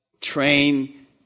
Train